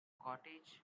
cottage